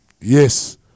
Yes